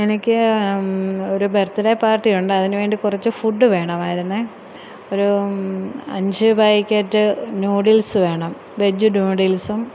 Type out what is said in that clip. എനിക്ക് ഒരു ബർത്ത്ഡേ പാർട്ടിയുണ്ട് അതിനുവേണ്ടി കുറച്ച് ഫുഡ് വേണമായിരുന്നേ ഒരു അഞ്ച് പായ്ക്കറ്റ് നൂഡിൽസ് വേണം വെജ് നൂഡിൽസും